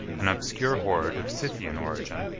an obscure horde of scythian origin,